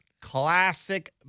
Classic